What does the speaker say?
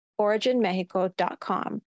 originmexico.com